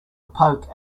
poke